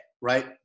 right